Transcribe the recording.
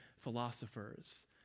philosophers